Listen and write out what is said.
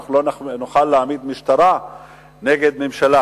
אנחנו לא נוכל להעמיד משטרה נגד ממשלה.